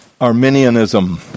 Arminianism